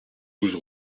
douze